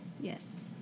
Yes